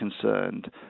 concerned